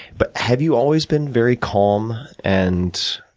but, have you always been very calm? and,